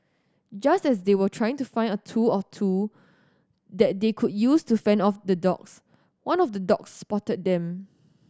just as they were trying to find a tool or two that they could use to fend off the dogs one of the dogs spotted them